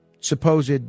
supposed